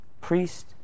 priest